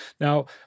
Now